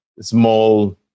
small